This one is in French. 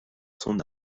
son